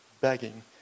begging